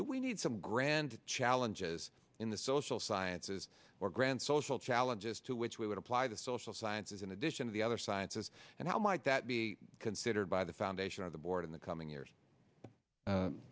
do we need some grand challenges in the social sciences or grand social challenges to which we would apply the social sciences in addition to the other sciences and how might that be considered by the foundation of the board in the coming years